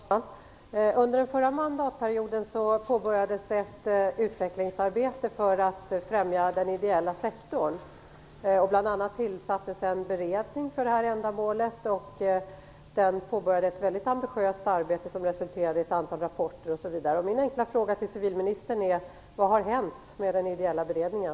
Fru talman! Under den förra mandatperioden påbörjades ett utvecklingsarbete för att främja den ideella sektorn. Bl.a. tillsattes en beredning för detta ändamål, och den påbörjade ett mycket ambitiöst arbete, som bl.a. resulterade i ett antal rapporter. Min enkla fråga till civilministern är: Vad har hänt med den ideella beredningen?